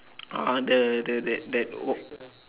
uh the the that that